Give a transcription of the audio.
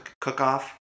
cook-off